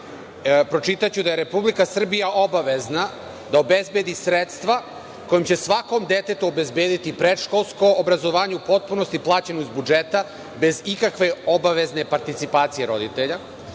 pročitaću, da je Republika Srbija obavezna da obezbedi sredstva kojim će svakom detetu obezbediti predškolsko. Obrazovanje u potpunosti plaćeno iz budžeta bez ikakve obavezno participacije roditelja.